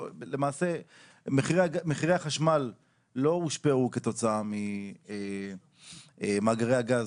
מחירי החשמל לא הושפעו כתוצאה ממאגרי הגז,